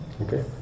Okay